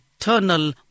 eternal